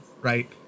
right